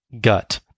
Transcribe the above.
gut